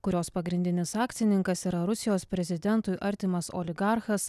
kurios pagrindinis akcininkas yra rusijos prezidentui artimas oligarchas